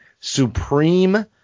supreme